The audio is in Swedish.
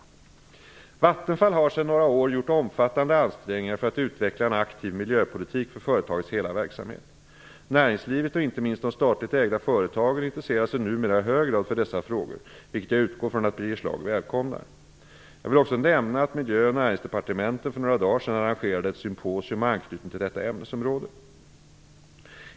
Vattenfall har sedan några år gjort omfattande ansträngningar för att utveckla en aktiv miljöpolitik för företagets hela verksamhet. Näringslivet och inte minst de statligt ägda företagen intresserar sig numera i hög grad för dessa frågor, vilket jag utgår från att Birger Schlaug välkomnar. Jag vill också nämna, att Miljö och Näringsdepartementen för några dagar sedan arrangerade ett symposium med anknytning till detta ämnesområde.